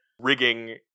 rigging